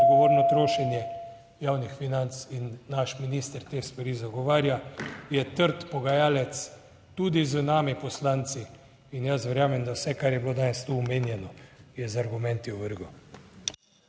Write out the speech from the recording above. odgovorno trošenje javnih financ in naš minister te stvari zagovarja, je trd pogajalec, tudi z nami poslanci, in jaz verjamem, da vse, kar je bilo danes tu omenjeno, je z argumenti ovrgel.